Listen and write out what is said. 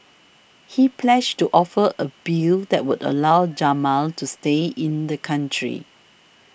he pledged to offer a bill that would allow Jamal to stay in the country